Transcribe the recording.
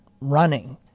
running